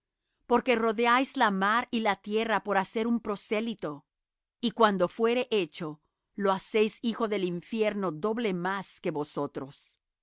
porque rodeáis la mar y la tierra por hacer un prosélito y cuando fuere hecho le hacéis hijo del infierno doble más que vosotros